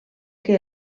que